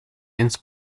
ins